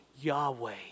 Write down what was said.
Yahweh